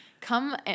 come